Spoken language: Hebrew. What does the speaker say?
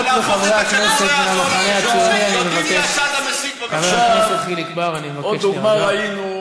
שנים אתם מסיתים נגדנו.